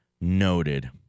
Noted